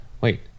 wait